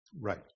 Right